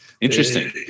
Interesting